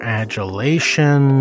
adulation